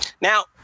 Now